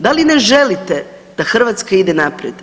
Da li ne želite da Hrvatska ide naprijed?